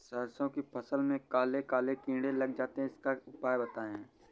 सरसो की फसल में काले काले कीड़े लग जाते इसका उपाय बताएं?